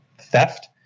theft